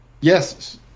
yes